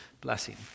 blessing